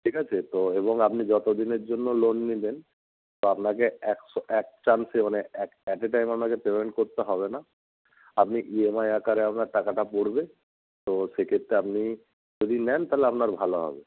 ঠিক আছে তো এবং আপনি যত দিনের জন্য লোন নিলেন তো আপনাকে একশো এক চান্সে মানে অ্যাট অ্যাট এ টাইম আপনাকে পেমেন্ট করতে হবে না আপনি ই এম আই আকারে আপনার টাকাটা পড়বে তো সেক্ষেত্রে আপনি যদি নেন তাহলে আপনার ভালো হবে